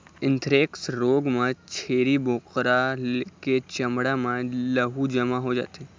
anthrax रोग म छेरी बोकरा के चमड़ा म लहू जमा हो जाथे